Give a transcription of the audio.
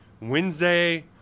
Wednesday